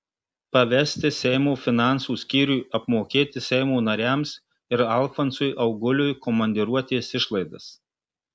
pavesti seimo finansų skyriui apmokėti seimo nariams ir alfonsui auguliui komandiruotės išlaidas